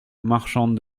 marchande